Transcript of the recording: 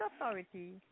authority